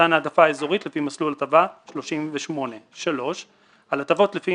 מתן העדפה אזורית לפי מסלול הטבה 38 3. על הטבות לפי